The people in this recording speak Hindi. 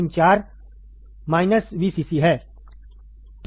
पिन 4 VCC है